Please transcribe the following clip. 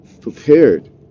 prepared